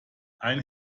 ein